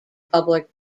public